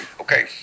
Okay